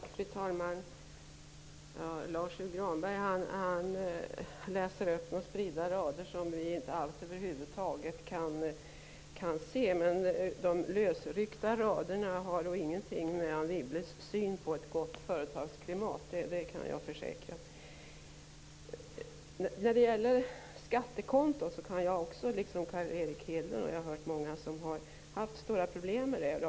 Fru talman! Lars U Granberg läser upp några spridda rader som vi över huvud taget inte kan se. De lösryckta raderna har då ingenting med Anne Wibbles syn på ett gott företagsklimat att göra, kan jag försäkra. Liksom Carl Erik Hedlund har jag hört att många haft stora problem med skattekontot.